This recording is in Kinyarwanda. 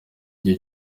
gihe